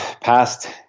past